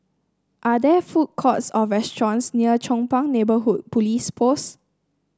are there food courts or restaurants near Chong Pang Neighbourhood Police Post